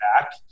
back